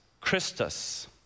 Christus